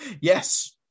yes